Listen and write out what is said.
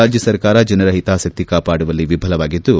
ರಾಜ್ವಸರ್ಕಾರ ಜನರ ಹಿತಾಸಕ್ತಿ ಕಾಪಾಡುವಲ್ಲಿ ವಿಫಲವಾಗಿದ್ದು